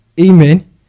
Amen